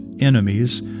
enemies